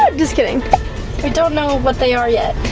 um just kidding. i don't know what they are yet.